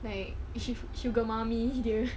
like su~ sugar mummy dia